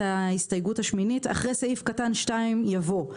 ההסתייגות השמינית אחרי סעיף קטן (2) יבוא: